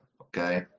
okay